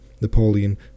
Napoleon